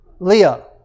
Leah